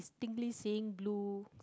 distinctly seeing blue